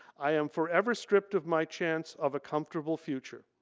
i am forever stripped of my chance of a comfortable future.